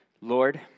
Lord